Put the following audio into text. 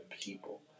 people